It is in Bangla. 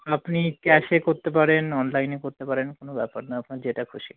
আপনি ক্যাশে করতে পারেন অনলাইনে করতে পারেন কোনো ব্যাপার না আপনার যেটা খুশি